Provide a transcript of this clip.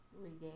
regain